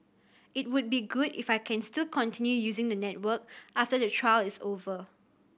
it would be good if I can still continue using the network after the trial is over